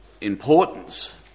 importance